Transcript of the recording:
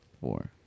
Four